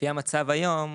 לפי המצב היום,